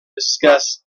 discuss